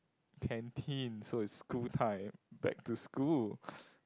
canteen so it's school time back to school